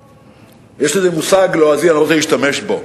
יש מושג לועזי, אני לא רוצה להשתמש בו,